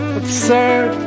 absurd